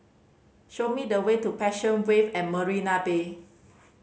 show me the way to Passion Wave at Marina Bay